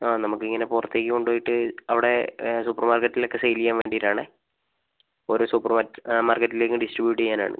ആ നമുക്കിങ്ങനെ പുറത്തേക്ക് കൊണ്ട് പോയിട്ട് അവിടെ സൂപ്പർമാർക്കറ്റിലൊക്കെ സെയിൽ ചെയ്യാൻ വേണ്ടിയിട്ടാണേ ഓരോ സൂപ്പർ മാർക്കറ്റിലേക്കും ഡിസ്ട്രിബ്യൂട്ട് ചെയ്യാനാണ്